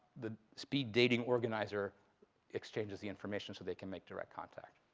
the speed dating organizer exchanges the information so they can make direct contact.